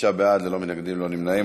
שישה בעד, ללא מתנגדים, ללא נמנעים.